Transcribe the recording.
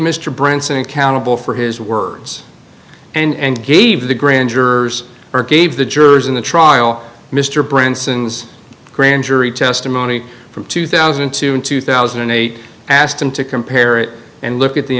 mr branson accountable for his words and gave the grand jurors or gave the jury in the trial mister grand jury testimony from two thousand and two and two thousand and eight asked him to compare it and look at the